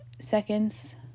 seconds